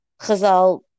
Chazal